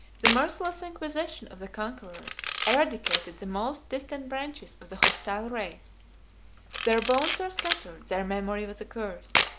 the merciless inquisition of the conqueror eradicated the most distant branches of the hostile race their bones were scattered, their memory was accursed,